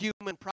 human